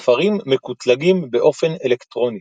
הספרים מקוטלגים באופן אלקטרוני.